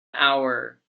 hour